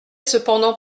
cependant